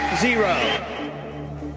Zero